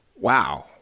Wow